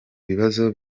bibazo